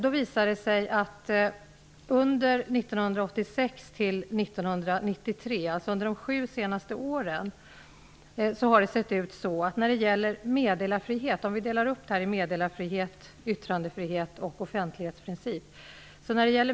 Det visar sig att under 1986--1993, alltså under de senaste sju åren, gjordes det när det gäller meddelarfrihet 13 anmälningar, och det blev en prickning i sju fall.